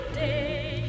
day